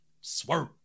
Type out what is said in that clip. Swerve